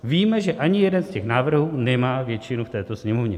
Víme, že ani jeden z těch návrhů nemá většinu v této Sněmovně.